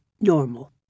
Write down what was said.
normal